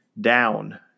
down